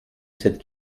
cette